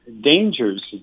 dangers